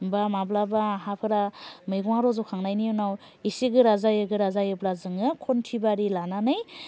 बा माब्लाबा हाफोरा मैगंआ रज'खांनायनि उनाव एसे गोरा जायो गोरा जायोब्ला जोङो खन्थिबारि लानानै